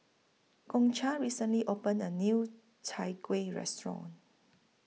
Concha recently opened A New Chai Kuih Restaurant